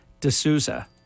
D'Souza